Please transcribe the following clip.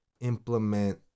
implement